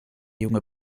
junge